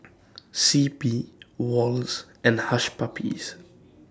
C P Wall's and Hush Puppies